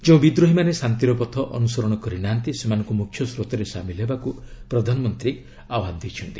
ଯେଉଁ ବିଦ୍ରୋହୀ ମାନେ ଶାନ୍ତିର ପଥ ଅନୁସରଣ କରିନାହାନ୍ତି ସେମାନଙ୍କୁ ମୁଖ୍ୟ ସ୍ରୋତରେ ସାମିଲ ହେବାକୁ ପ୍ରଧାନମନ୍ତ୍ରୀ ଆହ୍ନାନ ଦେଇଛନ୍ତି